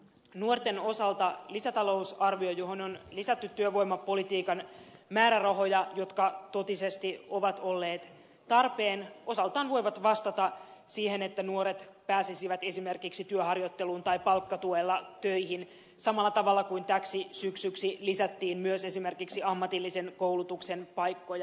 nuorten osalta mainitsen lisätalousarvion johon on lisätty työvoimapolitiikan määrärahoja jotka totisesti ovat olleet tarpeen ja ne osaltaan voivat vastata siihen että nuoret pääsisivät esimerkiksi työharjoitteluun tai palkkatuella töihin samalla tavalla kuin täksi syksyksi lisättiin myös esimerkiksi ammatillisen koulutuksen paikkoja